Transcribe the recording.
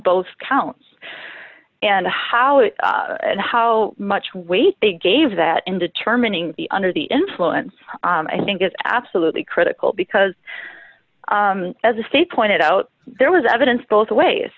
both counts and how it and how much weight they gave that in determining the under the influence i think is absolutely critical because as a state pointed out there was evidence both ways